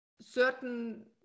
Certain